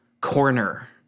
corner